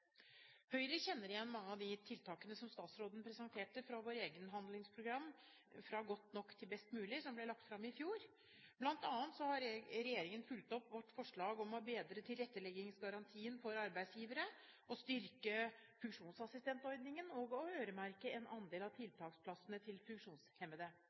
Høyre kjenner igjen mange av de tiltakene som statsråden presenterte fra vår egen handlingsplan, «Fra godt nok til best mulig», som ble lagt fram i fjor. Blant annet har regjeringen fulgt opp vårt forslag om å bedre tilretteleggingsgarantien for arbeidsgivere, å styrke funksjonsassistentordningen og å øremerke en andel av tiltaksplassene til funksjonshemmede.